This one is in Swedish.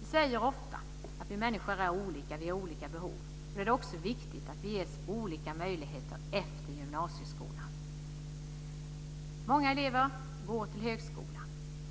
Vi säger ofta att vi människor är olika och att vi har olika behov. Då är det också viktigt att vi ges olika möjligheter efter gymnasieskolan. Många elever går till högskolan.